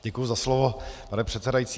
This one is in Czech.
Děkuji za slovo, pane předsedající.